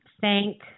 thank